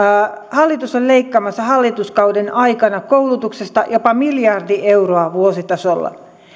hallitus on leikkaamassa hallituskauden aikana koulutuksesta jopa miljardi euroa vuositasolla